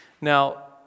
Now